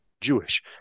Jewish